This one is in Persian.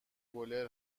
گلر